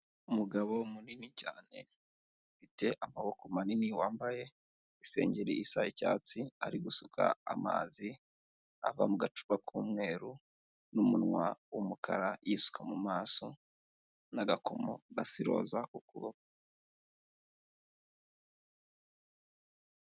Umugabo munini cyane ufite amaboko manini wambaye isengeri isa icyatsi ari gusuka amazi ava mu gacupa k'umweru n'umunwa w'umukara yisuka mu maso n'agakomo gasa iroza ku kuboko.